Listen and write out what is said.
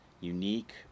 unique